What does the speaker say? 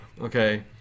okay